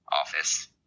office